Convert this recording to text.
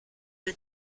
the